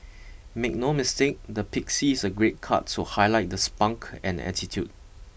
make no mistake the pixie is a great cut to highlight the spunk and attitude